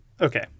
okay